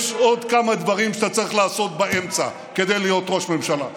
יש עוד כמה דברים שאתה צריך לעשות באמצע כדי להיות ראש ממשלה.